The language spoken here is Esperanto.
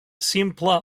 simpla